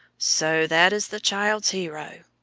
so that is the child's hero!